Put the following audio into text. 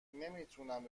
نمیتونم